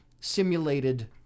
simulated